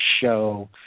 show